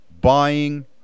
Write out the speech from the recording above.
buying